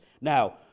Now